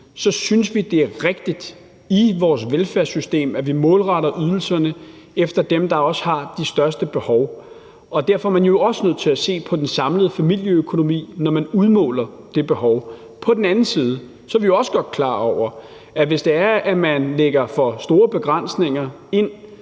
side synes vi, det er rigtigt, at vi i vores velfærdssystem målretter ydelserne efter dem, der har de største behov, og derfor er man jo også nødt til at se på den samlede familieøkonomi, når man udmåler det behov. På den anden side er vi også godt klar over, at hvis man lægger for store begrænsninger ind,